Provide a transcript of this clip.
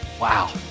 Wow